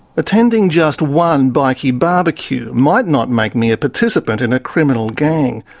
attending just one bikie barbecue might not make me a participant in a criminal gang,